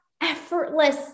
effortless